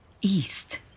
East